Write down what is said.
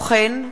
(סמכויות פיקוח ואכיפה),